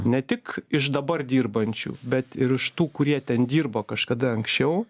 ne tik iš dabar dirbančių bet ir iš tų kurie ten dirbo kažkada anksčiau